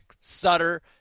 Sutter